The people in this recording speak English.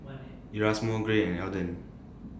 Erasmo Gray and Elden